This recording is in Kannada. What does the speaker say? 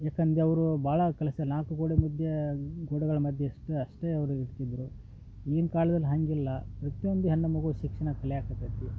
ಯಾಕಂದರೆ ಅವರು ಭಾಳ ಕಲ್ಸ್ಯ ನಾಲ್ಕು ಗೋಡೆ ಮಧ್ಯ ಗೋಡೆಗಳು ಮಧ್ಯಷ್ಟೆ ಅಷ್ಟೇ ಅವರು ಇರ್ತಿದ್ದರು ಈಗಿನ ಕಾಲದಲ್ಲಿ ಹಾಗಿಲ್ಲ ಪ್ರತಿಯೊಂದು ಹೆಣ್ಣು ಮಗು ಶಿಕ್ಷಣ ಕಲಿಯಾಕತ್ತೈತಿ